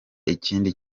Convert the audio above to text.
ikindi